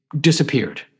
disappeared